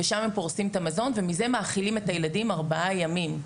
ושם הם פורסים את המזון ומזה מאכילים את הילדים במשך 4 ימים.